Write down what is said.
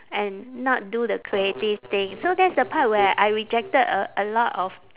and not do the creative thing so that's the part where I rejected a a lot of